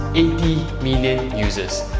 eighty millions users.